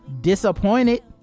disappointed